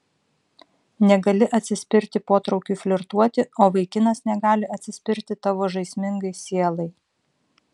negali atsispirti potraukiui flirtuoti o vaikinas negali atsispirti tavo žaismingai sielai